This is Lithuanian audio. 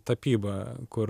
tapyba kur